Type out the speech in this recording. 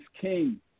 King